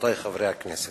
רבותי חברי הכנסת,